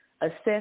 assess